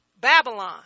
Babylon